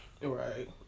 Right